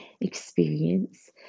experience